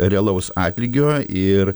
realaus atlygio ir